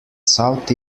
south